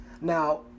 Now